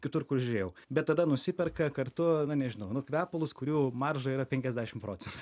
kitur kur žiūrėjau bet tada nusiperka kartu na nežinau nu kvepalus kurių marža yra penkiasdešimt procentų